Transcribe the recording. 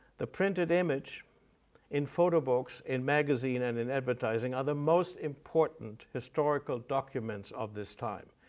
the printed image in photo books, in magazine, and in advertising are the most important historical documents of this time,